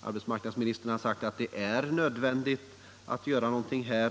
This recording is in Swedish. arbetsmarknadsministern skulle säga att det är nödvändigt att göra någonting här.